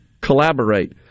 collaborate